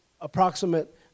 approximate